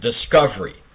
Discovery